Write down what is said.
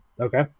Okay